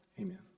Amen